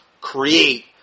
create